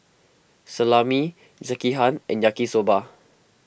Salami Sekihan and Yaki Soba